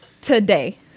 today